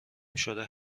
شده